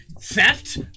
theft